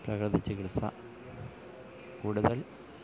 പ്രകൃതി ചികിത്സ കൂടുതൽ